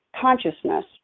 consciousness